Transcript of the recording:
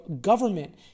government